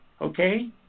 okay